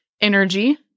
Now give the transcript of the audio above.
energy